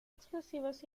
explosivos